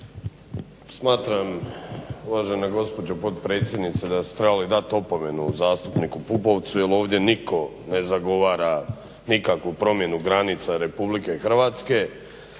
Smatram uvažena gospođo potpredsjednice da ste trebali dati opomenu zastupniku Pupovcu jer ovdje nitko ne zagovara nikakvu promjenu granica RH do Zemuna